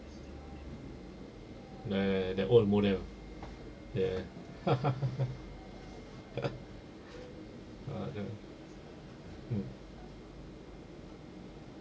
the old modem ah ya ah ya mm